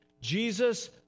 Jesus